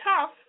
tough